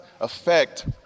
affect